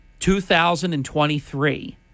2023